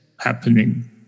happening